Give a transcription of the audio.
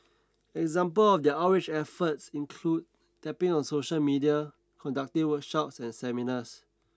examples of their outreach efforts include tapping on social media conducting workshops and seminars